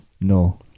No